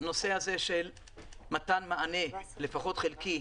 הנושא של מתן מענה, לפחות חלקי,